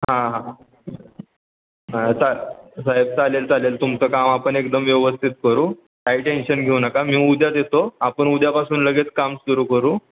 हां हां हां चालेल साहेब चालेल चालेल तुमचं काम आपण एकदम व्यवस्थित करू काही टेन्शन घेऊ नका मी उद्याच येतो आपण उद्यापासून लगेच काम सुरू करू